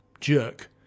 jerk